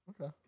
Okay